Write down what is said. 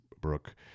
Brooke